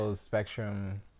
spectrum